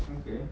okay